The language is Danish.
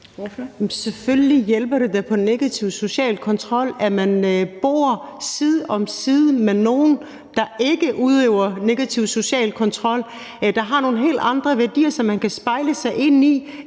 Selvfølgelig hjælper det da i forhold til negativ social kontrol, at man bor side om side med nogle, der ikke udøver negativ social kontrol, og som har nogle helt andre værdier, som man kan spejle sig i, og